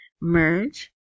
merge